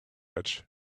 edge